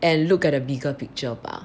and look at the bigger picture lah